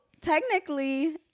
technically